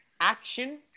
action